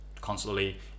constantly